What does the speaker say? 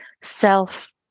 self